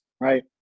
right